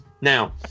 Now